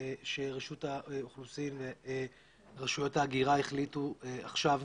שרשות האוכלוסין ורשויות ההגירה החליטו עכשיו,